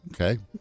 Okay